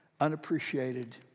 unappreciated